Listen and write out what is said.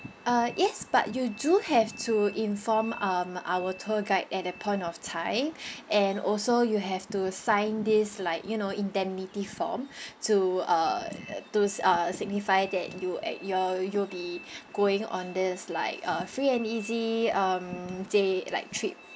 uh yes but you do have to inform um our tour guide at that point of time and also you have to sign this like you know indemnity form to uh to uh signify that you at you'll you'll be going on this like a free and easy um day like trip